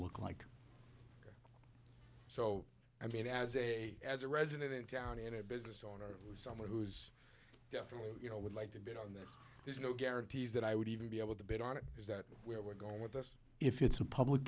look like so i mean as a as a resident and a business owner someone who is definitely you know would like to bid on this there's no guarantees that i would even be able to bid on it is that where we're going with this if it's a public